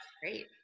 Great